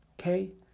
okay